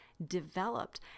developed